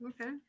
Okay